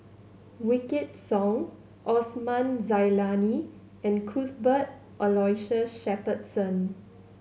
Wykidd Song Osman Zailani and Cuthbert Aloysius Shepherdson